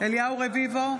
אליהו רביבו,